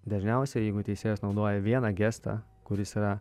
dažniausiai jeigu teisėjas naudoja vieną gestą kuris yra